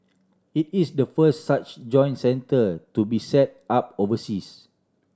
it is the first such join centre to be set up overseas